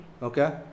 okay